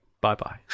Bye-bye